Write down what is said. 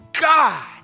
God